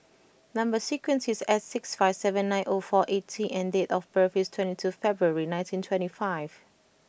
number sequence is S six five seven nine O four eight T and date of birth is twenty two February nineteen twenty five